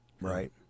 Right